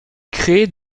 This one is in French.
crée